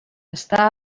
està